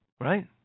right